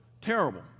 Terrible